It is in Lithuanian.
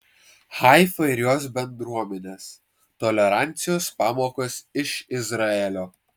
haifa ir jos bendruomenės tolerancijos pamokos iš izraelio